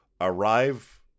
arrive